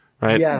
right